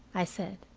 i said.